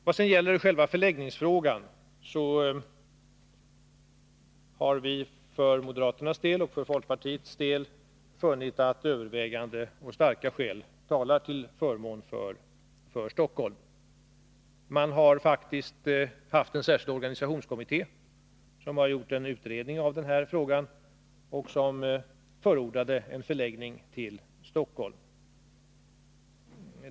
När det gäller själva förläggningsfrågan har moderaterna och folkpartisterna funnit att övervägande och starka skäl talar till förmån för Stockholm. Man har faktiskt haft en särskild organisationskommitté som gjort en utredning av frågan och som förordat en förläggning till Stockholm.